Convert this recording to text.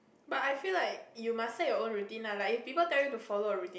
but I feel like you must set your own routine lah like if people tell you to follow a routine